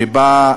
שבה,